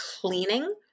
cleaning